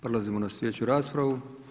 Prelazimo na sljedeću raspravu.